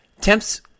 Temps